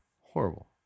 Horrible